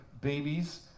babies